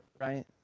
Right